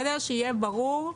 שיהיה ברור,